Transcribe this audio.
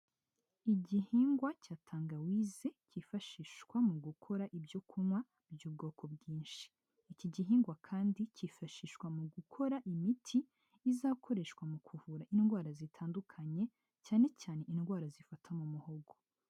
Igihingwa cya tangawize kifashishwa mu gukora ibyo kunywa by'ubwoko bwinshi. Iki gihingwa kandi kifashishwa mu gukora imiti izakoreshwa mu kuvura indwara zitandukanye, cyane cyane indwara zifata mu muhogo.